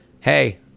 hey